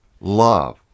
Love